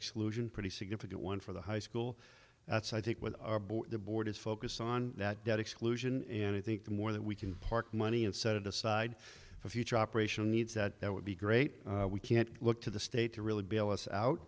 exclusion pretty significant one for the high school that's i think with the board is focused on that debt exclusion and i think the more that we can park money and set it aside for future operational needs that there would be great we can look to the state to really bill us out